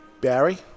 Barry